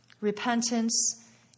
Repentance